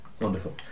wonderful